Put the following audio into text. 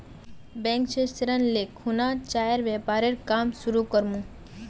bank स ऋण ले खुना चाइर व्यापारेर काम शुरू कर मु